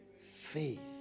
faith